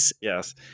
Yes